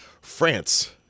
France